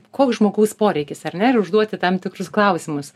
koks žmogaus poreikis ar ne ir užduoti tam tikrus klausimus